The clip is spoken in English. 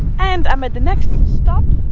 and i'm at the next stop